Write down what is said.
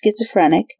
schizophrenic